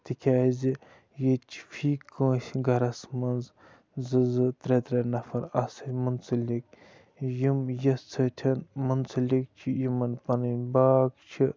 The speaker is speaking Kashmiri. تِکیٛازِ ییٚتہِ چھِ فی کٲنٛسہِ گَرَس منٛز زٕ زٕ ترٛےٚ ترٛےٚ نَفر اَتھ سۭتۍ مُنسَلِک یِم یَتھ سۭتۍ مُنسَلِک چھِ یِمَن پَنٕنۍ باغ چھِ